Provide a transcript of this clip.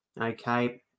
Okay